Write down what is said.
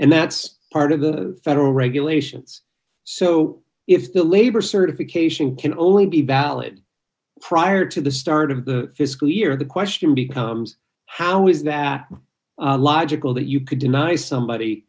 and that's part of the federal regulations so if the labor certification can only be valid prior to the start of the fiscal year the question becomes how is that logical that you could deny somebody